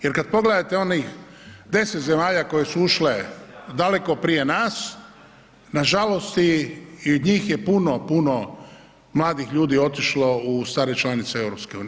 Jer kad pogledate onih 10 zemalja koje su ušle daleko prije nas, nažalost i iz njih je puno, puno mladih ljudi otišlo u starije članice EU.